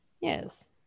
yes